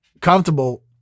comfortable